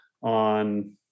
on